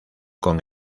con